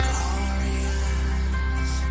Glorious